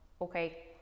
okay